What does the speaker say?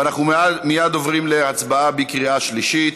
ואנחנו מייד עוברים להצבעה בקריאה שלישית.